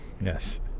yes